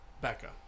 Becca